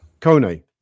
Kone